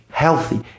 healthy